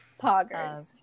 Poggers